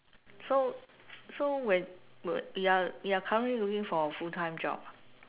so so when you are currently looking for a full time job